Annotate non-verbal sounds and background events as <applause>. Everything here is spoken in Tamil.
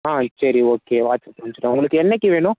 ஆ சரி ஓகே வாட்ஸ்ஆப் <unintelligible> உங்களுக்கு என்னைக்கு வேணும்